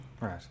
Right